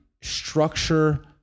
structure